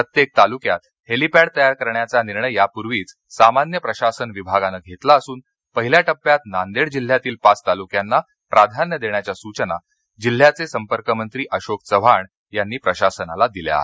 प्रत्येक तालुक्यात हेलिपेंड तयार करण्याचा निर्णय यापूर्वीच सामान्य प्रशासन विभागानं घेतला असून पहिल्या टप्यात नांदेड जिल्ह्यातील पाच तालुक्यांना प्राधान्य देण्याच्या सूचना जिल्ह्याचे संपर्कमंत्री अशोक चव्हाण यांनी प्रशासनाला दिल्या आहेत